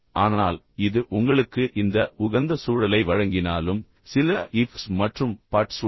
ஆனால் இது உங்களுக்கு இந்த உகந்த சூழலை வழங்கினாலும் சில இஃப்ஸ் மற்றும் பட்ஸ் உள்ளன